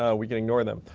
ah we can ignore them.